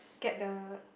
get the